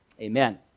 Amen